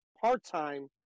part-time